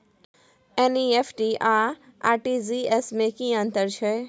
NEFT आ RTGS में की अन्तर छै?